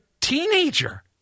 teenager